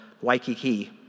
Waikiki